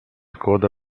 coda